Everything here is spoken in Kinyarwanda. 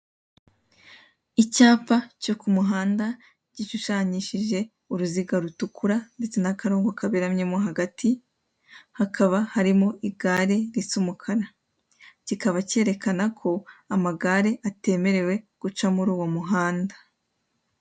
Icyapa cyo ku muhanda gishushanyishije uruziga rutukura ndetse n'akarongo kaberamye mo hagati, hakaba harimo igare risa umukara. Kikaba cyerekana ko amagare atemerewe guca muri uwo muhanda.